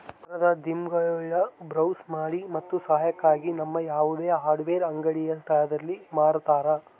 ಮರದ ದಿಮ್ಮಿಗುಳ್ನ ಬ್ರೌಸ್ ಮಾಡಿ ಮತ್ತು ಸಹಾಯಕ್ಕಾಗಿ ನಮ್ಮ ಯಾವುದೇ ಹಾರ್ಡ್ವೇರ್ ಅಂಗಡಿಯ ಸ್ಥಳದಲ್ಲಿ ಮಾರತರ